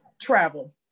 travel